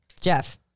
Jeff